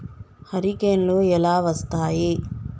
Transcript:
హరికేన్లు ఎలా వస్తాయి?